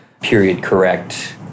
period-correct